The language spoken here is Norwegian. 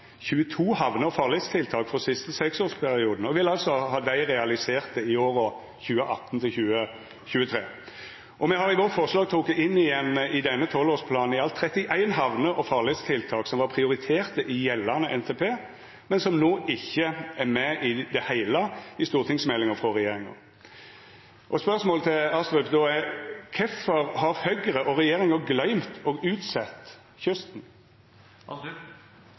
22 hamne- og farledstiltak frå siste seksårsperiode og vil ha dei realiserte i åra 2018–2023. Me har i vårt forslag teke inn igjen i denne tolvårsplanen i alt 31 hamne- og farledstiltak som var prioriterte i gjeldande NTP, men som no ikkje er med i det heile teke i stortingsmeldinga frå regjeringa. Spørsmålet til representanten Astrup vert då: Kvifor har Høgre og regjeringa gløymt og utsett kysten?